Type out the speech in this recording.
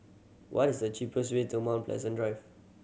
what is the cheapest way to Mount Pleasant Drive